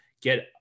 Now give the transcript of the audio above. get